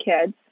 kids